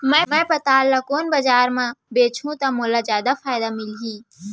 मैं पताल ल कोन बजार म बेचहुँ त मोला जादा फायदा मिलही?